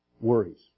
worries